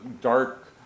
dark